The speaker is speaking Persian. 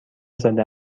زده